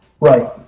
Right